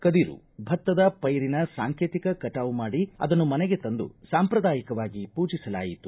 ಕದಿರು ಭತ್ತದ ಪೈರಿನ ಸಾಂಕೇತಿಕ ಕಟಾವು ಮಾಡಿ ಅದನ್ನು ಮನೆಗೆ ತಂದು ಸಾಂಪ್ರದಾಯಿಕವಾಗಿ ಪೂಜಿಸಲಾಯಿತು